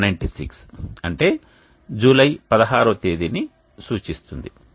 ఇది 196 అంటే జూలై 16 తేదీ ని సూచిస్తుంది